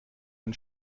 ein